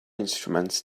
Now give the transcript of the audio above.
instruments